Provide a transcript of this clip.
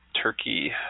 turkey